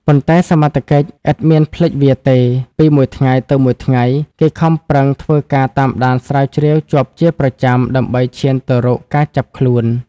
ប៉ុន្តែសមត្ថកិច្ចឥតមានភ្លេចវាទេ ពីមួយថ្ងៃទៅមួយថ្ងៃ គេខំប្រឹងធ្វើការតាមដានស្រាវជ្រាវជាប់ជាប្រចាំដើម្បីឈានទៅរកការចាប់ខ្លួន ។